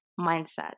mindset